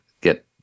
get